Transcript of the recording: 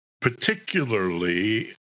Particularly